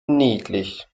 niedlich